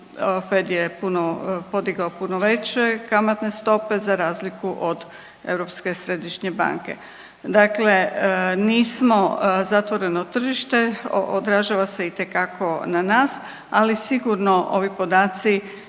puno, podigao puno veće kamatne stope za razliku od Europske središnje banke. Dakle, nismo zatvoreno tržište, odražava se itekako na nas, ali sigurno ovi podaci